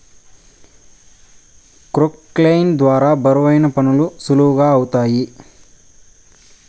క్రొక్లేయిన్ ద్వారా బరువైన పనులు సులువుగా ఐతాయి